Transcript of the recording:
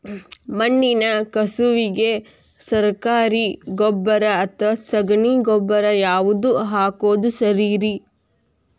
ಮಣ್ಣಿನ ಕಸುವಿಗೆ ಸರಕಾರಿ ಗೊಬ್ಬರ ಅಥವಾ ಸಗಣಿ ಗೊಬ್ಬರ ಯಾವ್ದು ಹಾಕೋದು ಸರೇರಿ?